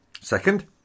Second